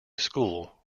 school